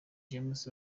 james